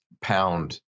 pound